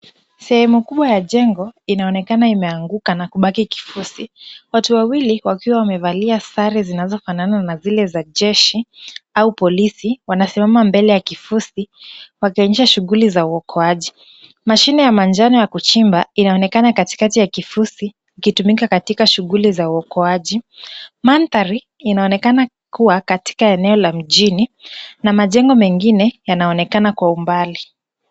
Sehemu kubwa ya jengo inaonekana imeanguka na kubaki kifusi . Watu wawili wakiwa wamevalia sare zinazofanana na zile za jeshi au polisi wamesimama mbele ya kifusi wakionyesha shughuli za uokoaji. Mashine ya manjano ya kuchimba inaonekana katikati ya kifusi ikitumika katika shughuli za uokoaji. Mandhari inaonekana kuwa katika eneo la mjini na majengo mengine yanaonekana kwa umbali.